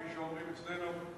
כפי שאומרים אצלנו,